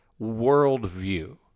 worldview